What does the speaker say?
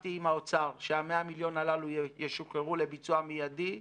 סיכמתי עם האוצר שה-100 מיליון הללו ישוחררו לביצוע מיידי.